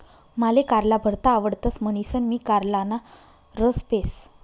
माले कारला भरता आवडतस म्हणीसन मी कारलाना रस पेस